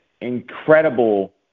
incredible